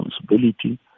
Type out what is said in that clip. responsibility